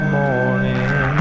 morning